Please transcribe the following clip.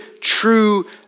true